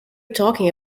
talking